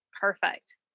Perfect